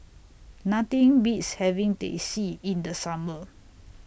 Nothing Beats having Teh C in The Summer